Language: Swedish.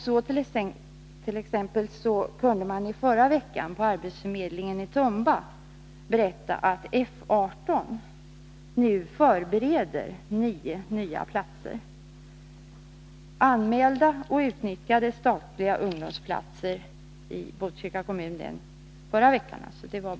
Så t.ex. kunde man i förra veckan på arbetsförmedlingen i Tumba berätta att F 18 förbereder nio ser inom den statliga förvaltningen ser inom den statliga förvaltningen nya platser.